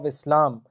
Islam